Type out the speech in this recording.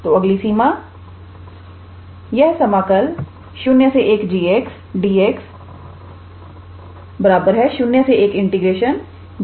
तो अगली सीमा यह समाकल 01 𝑔𝑥𝑑𝑥 01𝑑𝑥 𝑥 1−𝑛 है